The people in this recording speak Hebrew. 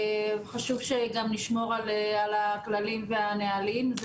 חשוב שגם נשמור על הכללים והנהלים.